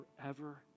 forever